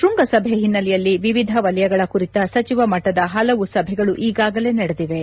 ಶೃಂಗಸಭೆ ಹಿನ್ನೆಲೆಯಲ್ಲಿ ವಿವಿಧ ವಲಯಗಳ ಕುರಿತ ಸಚಿವ ಮಟ್ಟದ ಹಲವು ಸಭೆಗಳು ಈಗಾಗಲೇ ನಡೆದಿವೆ